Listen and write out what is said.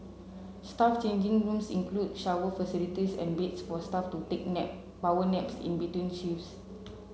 staff changing rooms include shower facilities and beds for staff to take nap power naps in between shifts